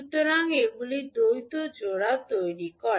সুতরাং এগুলি দ্বৈত জোড়া তৈরি করে